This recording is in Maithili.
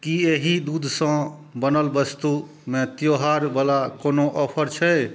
की एहि दूधसँ बनल वस्तुमे त्यौहार बला कोनो ऑफर छै